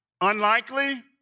unlikely